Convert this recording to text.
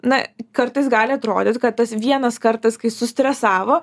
na kartais gali atrodyt kad tas vienas kartas kai sustresavo